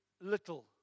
little